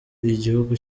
igihugu